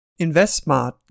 InvestSmart